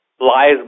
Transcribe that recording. Lies